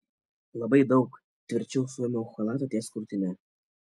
labai daug tvirčiau susiėmiau chalatą ties krūtine